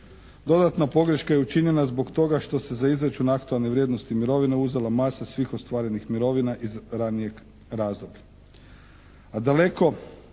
Dodatna pogreška je učinjena zbog toga što se za izračun aktualne vrijednosti mirovine uzela masa svih ostvarenih mirovina iz ranijeg razdoblja,